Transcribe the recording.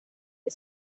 que